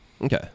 Okay